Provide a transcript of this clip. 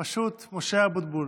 פשוט משה אבוטבול.